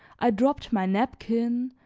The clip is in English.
i dropped my napkin,